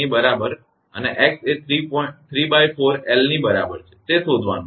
5T ની બરાબર અને x એ ¾𝑙 બરાબર છે તે શોધવાનું છે